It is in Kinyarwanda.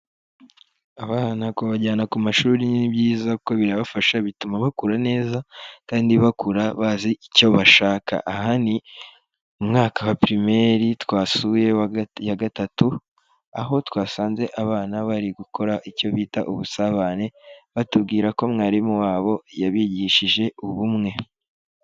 Abana kubajyana ku mashuri ni byiza kuko birabafasha, bituma bakura neza kandi bakura bazi icyo bashaka. Aha ni mu mwaka wa pirimeri twasuye ya gatatu, aho twasanze abana bari gukora icyo bita ubusabane, batubwira ko mwarimu wabo yabigishije ubumwe.